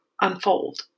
unfold